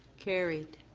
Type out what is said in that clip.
carried.